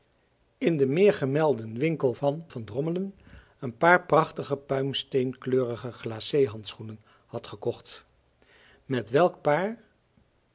in den meergemelden winkel van van drommelen een paar prachtige puimsteenkleurige glacé handschoenen had gekocht met welk paar